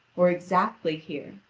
or exactly here,